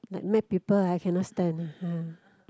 like mad people I cannot stand uh